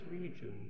region